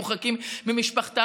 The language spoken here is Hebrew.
הם מורחקים ממשפחתם,